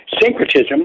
syncretism